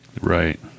Right